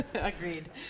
Agreed